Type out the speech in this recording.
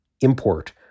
import